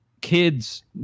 kids